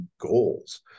goals